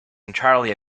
entirely